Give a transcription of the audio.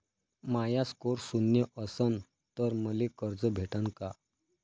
माया score शून्य असन तर मले कर्ज भेटन का?